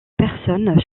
personnes